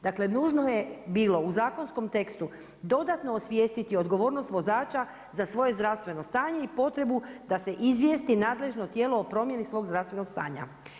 Dakle, nužno je bilo u zakonskom tekstu dodatno osvijestiti odgovornost vozača za svoje zdravstveno stanje i potrebu da se izvjesiti nadležno tijelo o promijeni svog zdravstvenog stanja.